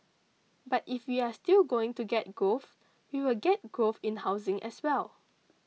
but if we are still going to get growth we will get growth in housing as well